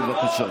בבקשה.